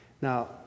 Now